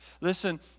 listen